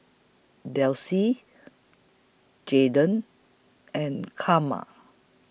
Delcie Jadon and Karma